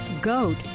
goat